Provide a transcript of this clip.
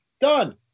Done